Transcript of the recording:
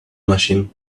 machine